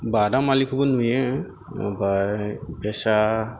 बादामालिखौबो नुयो ओमफाय फेसा